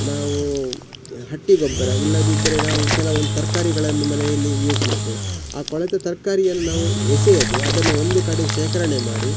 ನಾವೂ ಹಟ್ಟಿಗೊಬ್ಬರ ಇಲ್ಲದಿದ್ದರೆ ನಾವು ಕೆಲವೊಂದು ತರಕಾರಿಗಳನ್ನು ಮನೆಯಲ್ಲಿ ಯೂಸ್ ಮಾಡ್ತೇವೆ ಆ ಕೊಳೆತ ತರಕಾರಿಯನ್ನು ನಾವು ಎಸೆಯದೆ ಅದನ್ನು ಒಂದು ಕಡೆ ಶೇಖರಣೆ ಮಾಡಿ